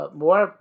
more